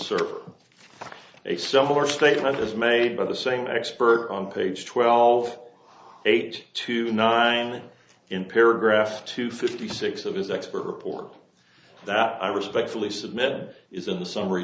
server a similar statement is made by the same expert on page twelve eight two nine in paragraph two fifty six of his expert report that i respectfully submitted is in the summ